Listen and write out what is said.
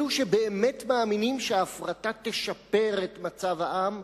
אלו שבאמת מאמינים שהפרטה באמת תשפר את מצב העם,